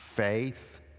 faith